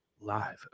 live